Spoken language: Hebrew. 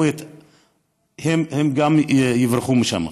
הם גם יברחו משם.